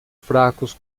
fracos